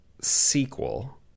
sequel